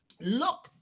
look